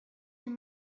five